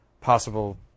possible